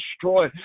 Destroy